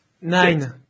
Nine